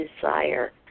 desire